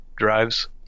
drives